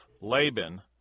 Laban